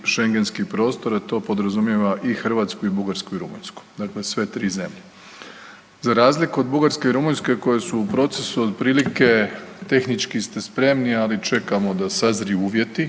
šengenski prostor, a to podrazumijeva i Hrvatsku i Bugarsku i Rumunjsku, dakle sve 3 zemlje. Za razliku od Bugarske i Rumunjske koje su u procesu otprilike tehnički ste spremni, ali čekamo da sazriju uvjeti,